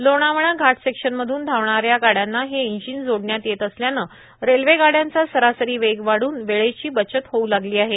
लोणावळा घाट सेक्शनमधून धावणाऱ्या गाड्यांना हे इंजिन जोडण्यात येत असल्याने रेल्वेगाड्यांचा सरासरी वेग वाढून वेळेची बचत होऊ लागली आहे